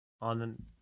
on